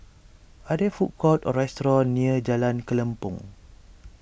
are there food courts or restaurants near Jalan Kelempong